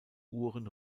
uhren